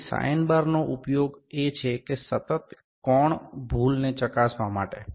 તેથી sine bar નો ઉપયોગ એ છે કે સતત કોણ ભૂલ ને ચકાસવા માટે